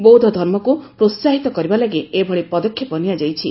ବୌଦ୍ଧ ଧର୍ମକୁ ପ୍ରୋହାହିତ କରିବା ଲାଗି ଏଭଳି ପଦକ୍ଷେପ ନିଆଯାଇଛି